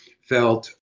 felt